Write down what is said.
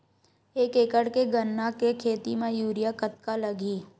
एक एकड़ गन्ने के खेती म यूरिया कतका लगही?